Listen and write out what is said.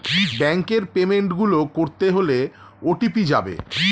ব্যাংকের পেমেন্ট গুলো করতে হলে ও.টি.পি যাবে